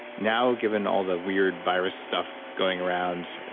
now, given all the weird virus stuff going around,